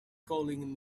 calling